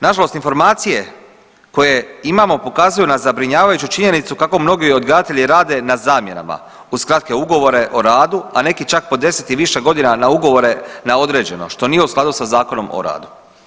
Na žalost informacije koje imamo pokazuju na zabrinjavajuću činjenicu kako mnogi odgajatelji rade na zamjenama uz kratke ugovore o radu, a neki čak po 10 i više godinama na ugovore na određeno što nije u skladu sa Zakonom o radu.